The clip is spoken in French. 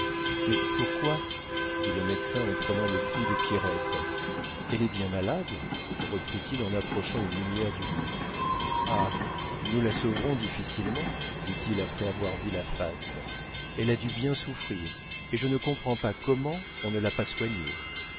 mais pourquoi dit le médecin en prenant le pouls de pierrette elle est bien malade reprit-il en approchant une lumière du lit ah nous la sauverons difficilement dit-il après avoir vu la face elle a dû bien souffrir et je ne comprends pas comment on ne l'a pas soignée